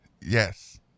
yes